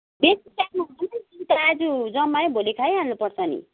बेसी राख्नु हुँदैन आज जमायो भोलि खाइहाल्नु पर्छ नि